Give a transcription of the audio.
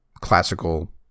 classical